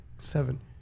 seven